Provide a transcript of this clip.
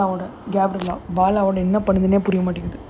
ah and the bala all that bala புரியமாட்டேங்குது:puriyaamaattaenguthu